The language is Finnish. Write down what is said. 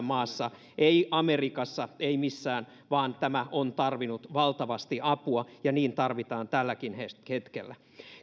maassa ei amerikassa ei missään vaan tämä on tarvinnut valtavasti apua ja niin tarvitaan tälläkin hetkellä